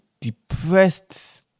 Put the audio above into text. depressed